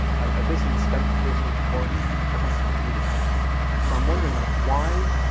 i basically spent the first week of quarantine just like constantly reading nabokov so i'm wondering like why.